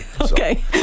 Okay